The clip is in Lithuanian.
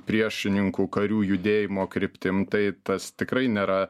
priešininkų karių judėjimo kryptim tai tas tikrai nėra